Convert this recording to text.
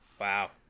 wow